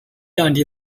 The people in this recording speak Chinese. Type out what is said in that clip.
降低